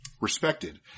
respected